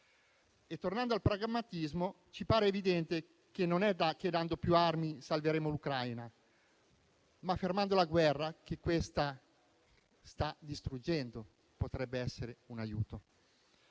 Tornando al pragmatismo, ci pare evidente che non è dando più armi che salveremo l'Ucraina. Fermare la guerra che la sta distruggendo potrebbe essere un aiuto.